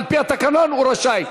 על-פי התקנון הוא רשאי.